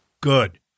Good